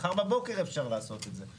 מחר בבוקר אפשר לעשות את זה.